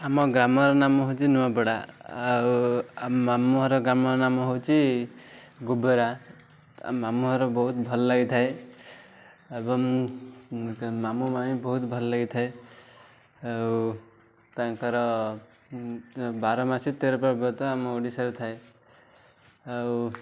ଆମ ଗ୍ରାମର ନାମ ହେଉଛି ନୂଆପଡ଼ା ଆଉ ମାମୁଁର ଗ୍ରାମ ନାମ ହେଉଛି ଗୁବେରା ମାମୁଁ ଘର ବହୁତ ଭଲ ଲାଗିଥାଏ ଏବଂ ମାମୁଁ ମାଇଁ ବହୁତ ଭଲ ଲାଗିଥାଏ ଆଉ ତାଙ୍କର ବାର ମାସେ ତେର ପର୍ବ ତ ଆମ ଓଡ଼ିଶାରେ ଥାଏ ଆଉ